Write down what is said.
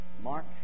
Mark